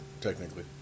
technically